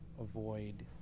avoid